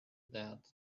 that